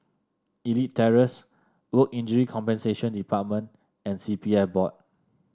Elite Terrace Work Injury Compensation Department and C P F Board